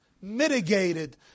mitigated